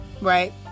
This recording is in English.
right